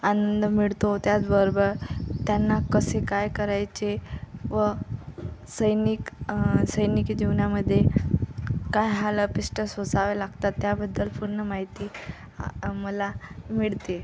आनंद मिळतो त्याचबरोबर त्यांना कसे काय करायचे व सैनिक सैनिकी जीवनामध्ये काय हालअपेष्टा सोसावे लागतात त्याबद्दल पूर्ण माहिती मला मिळते